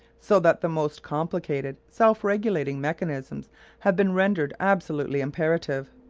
so that the most complicated self-regulating mechanisms have been rendered absolutely imperative.